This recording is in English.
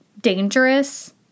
Dangerous